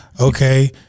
okay